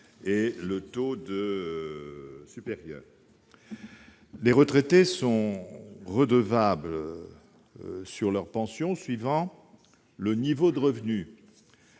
et le taux supérieur. Les retraités sont redevables sur leur pension suivant le niveau des revenus,